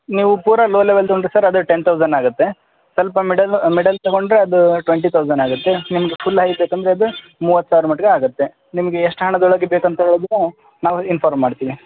ನೀವು ಪೂರ ಲೋ ಲೆವೆಲ್ದು ಅಂದರೆ ಸರ್ ಅದೆ ಟೆನ್ ತೌಸಂಡ್ ಆಗತ್ತೆ ಸ್ವಲ್ಪ ಮಿಡಲ್ ಮಿಡಲ್ ತಗೊಂಡರೆ ಅದು ಟ್ವೆಂಟಿ ತೌಸಂಡ್ ಆಗುತ್ತೆ ನಿಮ್ದು ಫುಲ್ ಹೈದು ಬೇಕಂದರೆ ಅದು ಮೂವತ್ತು ಸಾವಿರ ಮಟ್ಗೆ ಆಗುತ್ತೆ ನಿಮ್ಗೆ ಎಷ್ಟು ಹಣದೊಳಗೆ ಬೇಕಂತ ಹೇಳಿದ್ರೆ ನಾವು ಇನ್ಫಾರ್ಮ್ ಮಾಡ್ತೀವಿ